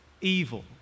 evil